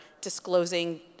disclosing